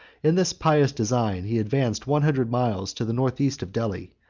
in this pious design, he advanced one hundred miles to the north-east of delhi,